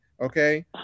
okay